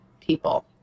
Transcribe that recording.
people